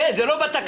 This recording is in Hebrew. אין, זה לא בתקנון.